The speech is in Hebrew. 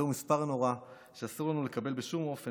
זהו מספר נורא שאסור לנו לקבל בשום אופן